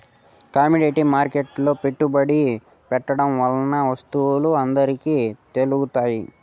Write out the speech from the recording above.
commodity మార్కెట్లో పెట్టుబడి పెట్టడం వల్ల వత్తువులు అందరికి తెలుత్తాయి